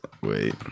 wait